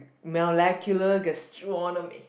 molecular gastronomy